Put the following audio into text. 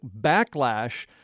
backlash